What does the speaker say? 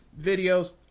videos